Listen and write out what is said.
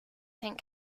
saint